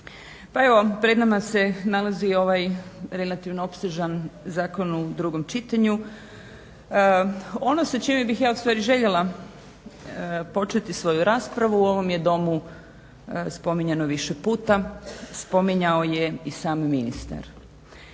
Pa evo pred nama se nalazi ovaj relativno opsežan zakon u drugom čitanju. Ono sa čime bih ja u stvari željela početi svoju raspravu u ovom je Domu spominjano više puta, spominjao je i sam ministar.